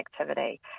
activity